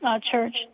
church